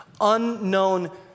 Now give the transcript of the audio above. unknown